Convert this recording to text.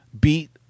beat